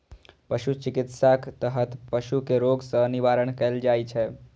पशु चिकित्साक तहत पशु कें रोग सं निवारण कैल जाइ छै